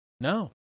No